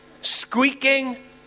squeaking